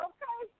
Okay